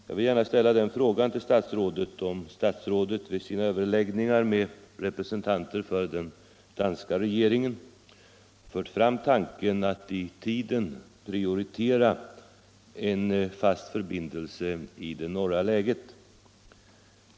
Jag vill gärna fråga om statsrådet vid sina överläggningar med representanter för Danmarks regering fört fram tanken att i tiden prioritera en fast förbindelse i det norra läget.